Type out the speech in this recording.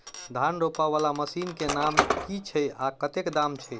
धान रोपा वला मशीन केँ नाम की छैय आ कतेक दाम छैय?